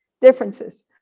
differences